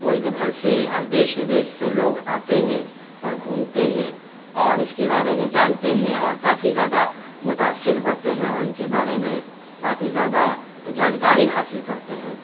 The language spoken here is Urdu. ملک بھر سے اور دیس ودیس سے لوگ آتے ہیں اور گھومتے ہیں اور اس کے بارے میں جانتے ہیں اور کافی زیادہ متاثر ہوتے ہیں اور ان کے بارے میں کافی زیادہ جانکاری حاصل کرتے ہیں